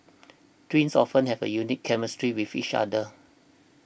twins often have a unique chemistry with fish other